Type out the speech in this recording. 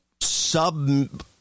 sub